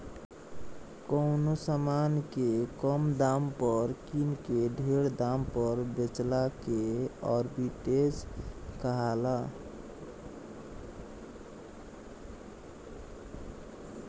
कवनो समान के कम दाम पर किन के ढेर दाम पर बेचला के आर्ब्रिट्रेज कहाला